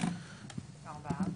ארבעה.